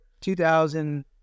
2000